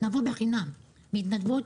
נעבוד בחינם, בהתנדבות.